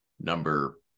number